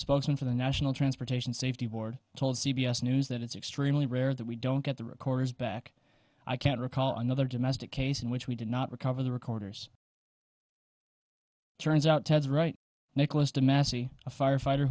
spokesman for the national transportation safety board told c b s news that it's extremely rare that we don't get the recorders back i can't recall another domestic case in which we did not recover the recorders turns out ted's right nicholas de massey a firefighter